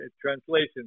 Translation